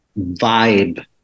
vibe